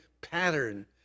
pattern